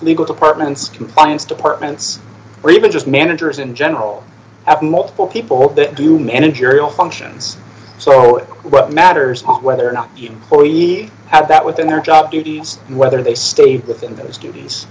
legal departments compliance departments or even just managers in general have multiple people who do managerial functions so what matters is whether or not you already have that within their job duties whether they stay within those duties